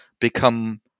become